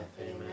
Amen